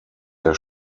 der